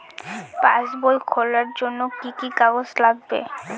পাসবই খোলার জন্য কি কি কাগজ লাগবে?